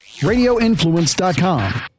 Radioinfluence.com